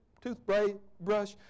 toothbrush